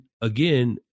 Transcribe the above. again